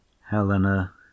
Helena